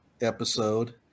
episode